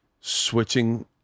switching